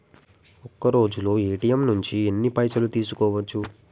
ఒక్కరోజులో ఏ.టి.ఎమ్ నుంచి ఎన్ని పైసలు తీసుకోవచ్చు?